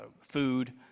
food